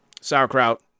sauerkraut